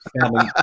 family